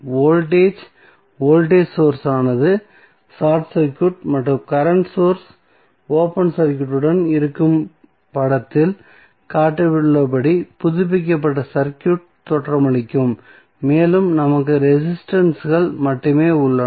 voltage voltage source ஆனது short circuit மற்றும் current source open சர்க்யூட்டுடன் இருக்கும் படத்தில் காட்டப்பட்டுள்ளபடி புதுப்பிக்கப்பட்ட சர்க்யூட் தோற்றமளிக்கும் மேலும் நமக்கு ரெசிஸ்டன்ஸ்கள் மட்டுமே உள்ளன